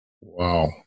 Wow